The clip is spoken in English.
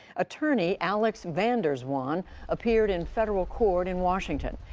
attorney alex van der zwaan appeared in federal court in washington.